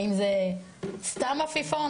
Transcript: האם זה סתם עפיפון,